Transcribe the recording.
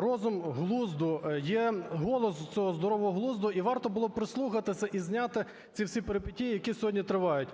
розум глузду, є голос цього здорового глузду, і варто було б прислухатися і зняти ці всі перипетії, які сьогодні тривають.